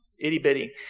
itty-bitty